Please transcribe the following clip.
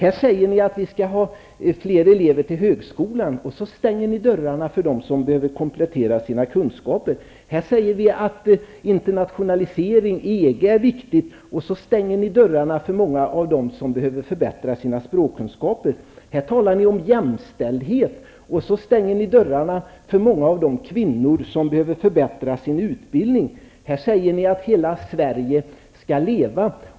Ni talar om att fler elever skall till högskolan. Men ni stänger dörrarna för dem som behöver komplettera sina kunskaper. Här säger vi att internationalisering och EG är viktiga. Men ni stänger dörrarna för många av dem som behöver förbättra sina språkkunskaper. Här talar ni om jämställdhet. Men ni stänger dörrarna för många av de kvinnor som behöver förbättra sin utbildning. Här säger ni att hela Sverige skall leva.